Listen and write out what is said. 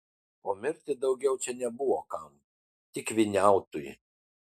o mirti daugiau čia nebebuvo kam tik vyniautui